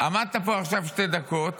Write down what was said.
עמדת פה שתי דקות